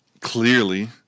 clearly